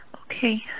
Okay